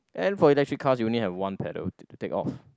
and for electric cars you only have one pedal to take off